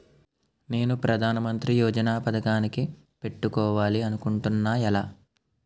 నేను ప్రధానమంత్రి యోజన పథకానికి పెట్టుకోవాలి అనుకుంటున్నా ఎలా?